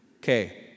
Okay